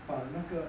把那个